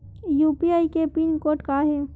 UPI के pin code का हे?